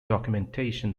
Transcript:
documentation